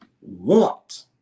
want